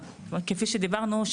כפי שדיברנו,